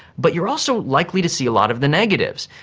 but you are also likely to see a lot of the negatives.